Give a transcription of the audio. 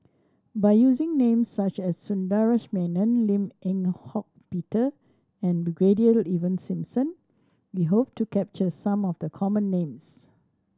by using names such as Sundaresh Menon Lim Eng Hock Peter and Brigadier Ivan Simson we hope to capture some of the common names